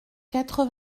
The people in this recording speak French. quatre